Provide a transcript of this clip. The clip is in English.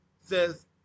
says